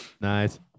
Nice